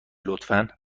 لطفا